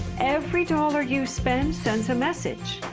every dollar you spend sends a message.